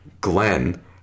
Glenn